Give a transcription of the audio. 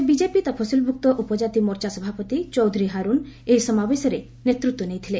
ରାଜ୍ୟ ବିଜେପି ତଫସିଲଭୁକ୍ତ ଉପଜାତି ମୋର୍ଚ୍ଚା ସଭାପତି ଚୌଧୁରୀ ହାରୁନ୍ ଏହି ସମାବେଶର ନେତୃତ୍ୱ ନେଇଥିଲେ